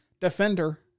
defender